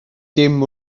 dim